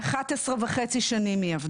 שם עבדה 11.5 שנים.